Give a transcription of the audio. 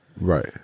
Right